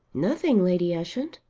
nothing, lady ushant.